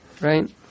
right